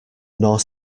nor